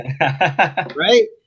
right